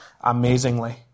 amazingly